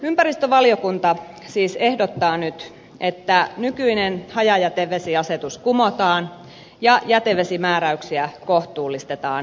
ympäristövaliokunta siis ehdottaa nyt että nykyinen hajajätevesiasetus kumotaan ja jätevesimääräyksiä kohtuullistetaan ympäristönsuojelusta tinkimättä